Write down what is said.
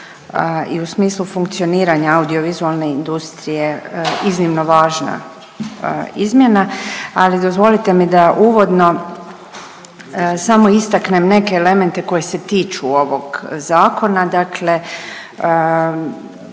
i u smislu funkcioniranja audiovizualne industrije iznimno važna izmjena, ali dozvolite mi da uvodno samo istaknem neke elemente koji se tiču ovog zakona. Dakle